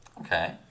Okay